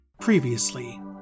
Previously